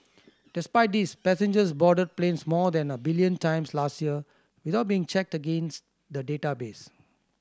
despite this passengers boarded planes more than a billion times last year without being checked against the database